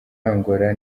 angola